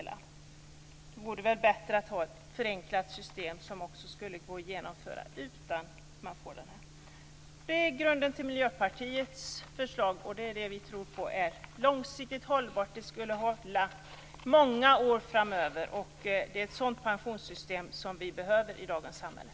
Då vore det väl bättre att ha ett förenklat system, som också skulle gå att genomföra utan att man får den här effekten. Det är grunden till Miljöpartiets förslag. Det är det vi tror på är långsiktigt hållbart. Det skulle hålla många år framöver. Det är ett sådant pensionssystem som vi behöver i dagens samhälle.